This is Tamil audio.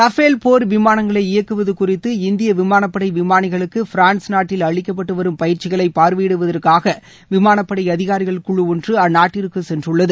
ரஃபேல் போர் விமானங்களை இயக்குவது குறித்து இந்திய விமானப்படை விமானிகளுக்கு பிரான்ஸ் நாட்டில் அளிக்கப்பட்டு வரும் பயிற்சிகளை பார்வையிடுவதற்காக விமானப் படை அதிகாரிகள் குழு ஒன்று அந்நாட்டிற்கு சென்றுள்ளது